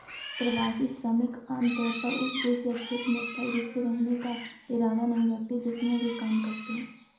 प्रवासी श्रमिक आमतौर पर उस देश या क्षेत्र में स्थायी रूप से रहने का इरादा नहीं रखते हैं जिसमें वे काम करते हैं